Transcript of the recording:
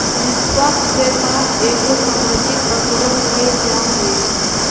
निस्पक्ष व्यापार एगो सामाजिक आंदोलन कहल जा हइ